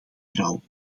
vrouwen